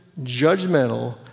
judgmental